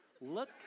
look